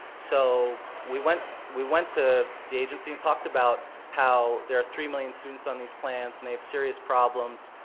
so we went we went to the agency and talked about how there are three million students on these plans and they have serious problems,